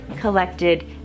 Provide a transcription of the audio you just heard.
collected